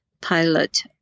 pilot